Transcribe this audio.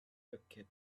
bucket